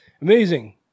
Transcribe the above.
Amazing